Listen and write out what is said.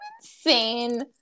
insane